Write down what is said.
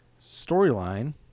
Storyline